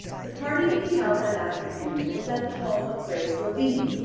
the party to be held that afternoon was at the home of grace lavine,